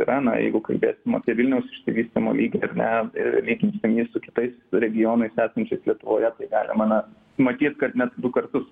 yra na jeigu kalbėsim apie vilniaus išsivystymo lygį ar ne ir lyginsim jį su kitais su regionais esančiais lietuvoje tai galima na matyt kad net du kartus